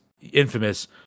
infamous